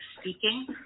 speaking